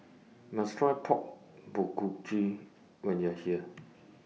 YOU must Try Pork Bulgogi when YOU Are here